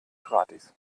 gratis